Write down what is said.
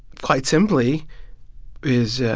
quite simply is